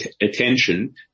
attention